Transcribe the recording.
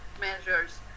measures